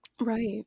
Right